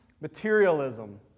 materialism